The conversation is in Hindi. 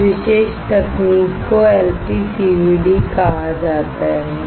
इस विशेष तकनीक को LPCVD भी कहा जाता है